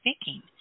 speaking